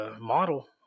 model